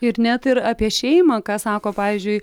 ir net ir apie šeimą ką sako pavyzdžiui